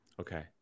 Okay